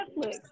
Netflix